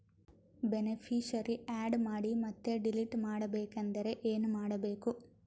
Beneficiary, add ಮಾಡಿ ಮತ್ತೆ delete ಮಾಡಬೇಕೆಂದರೆ ಏನ್ ಮಾಡಬೇಕು?